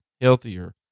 Healthier